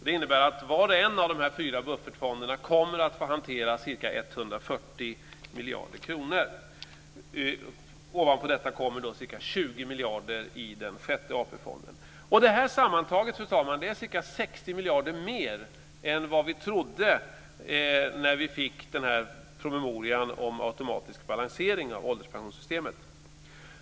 Det innebär att var och en av de fyra buffertfonderna kommer att få hantera ca 140 miljarder kronor. Ovanpå detta kommer ca 20 miljarder i den sjätte AP fonden. Detta sammantaget, fru talman, är ca 60 miljarder mer än vad vi trodde när vi fick promemorian om automatisk balansering av ålderspensionssystemet.